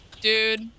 dude